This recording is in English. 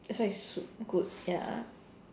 that's why it's so good ya